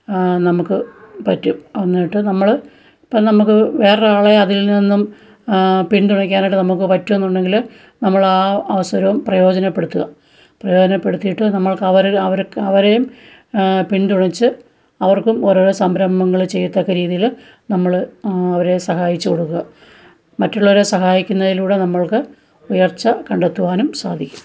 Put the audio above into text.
നമുക്ക് പറ്റും എന്നിട്ട് നമ്മള് ഇപ്പോള് നമ്മള്ക്ക് വേറൊരാളെ അതിൽ നിന്നും പിന്തുണയ്ക്കാനായിട്ട് നമുക്ക് പറ്റുന്നുണ്ടങ്കില് നമ്മളാ ആ അവസരോം പ്രയോജനപ്പെടുത്തുക പ്രയോജനപ്പെടുത്തിയിട്ട് നമ്മൾക്കവര് അവർക്ക് അവരെയും പിന്തുണച്ച് അവർക്കും ഓരോരോ സംരഭങ്ങള് ചെയ്യത്തക്ക രീതിയില് നമ്മള് അവരെ സഹായിച്ച് കൊടുക്കുക മറ്റുള്ളവരെ സഹായിക്കുന്നതിലൂടെ നമ്മൾക്ക് ഉയർച്ച കണ്ടെത്തുവാനും സാധിക്കും